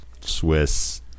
Swiss